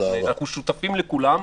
אנחנו שותפים לכולם,